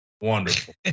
wonderful